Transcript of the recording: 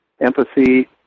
empathy